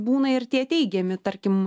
būna ir tie teigiami tarkim